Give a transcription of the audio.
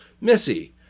Missy